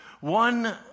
one